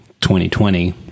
2020